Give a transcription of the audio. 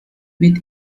mit